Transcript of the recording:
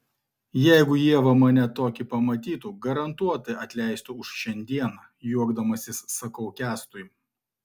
jeigu ieva mane tokį pamatytų garantuotai atleistų už šiandieną juokdamasis sakau kęstui